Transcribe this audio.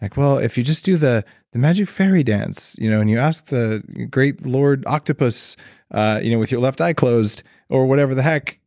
well, if you just do the the magic fairy dance, you know and you ask the great lord octopus you know with your left eye closed or whatever the heck.